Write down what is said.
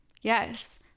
Yes